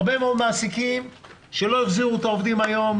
הרבה מעסיקים שלא החזירו את העובדים היום,